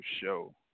Show